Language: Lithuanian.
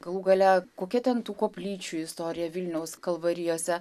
galų gale kokia ten tų koplyčių istorija vilniaus kalvarijose